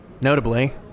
notably